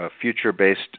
future-based